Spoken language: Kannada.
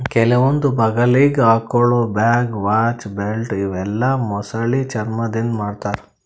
ಕೆಲವೊಂದ್ ಬಗಲಿಗ್ ಹಾಕೊಳ್ಳ ಬ್ಯಾಗ್, ವಾಚ್, ಬೆಲ್ಟ್ ಇವೆಲ್ಲಾ ಮೊಸಳಿ ಚರ್ಮಾದಿಂದ್ ಮಾಡ್ತಾರಾ